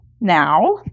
now